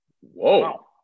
Whoa